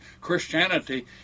Christianity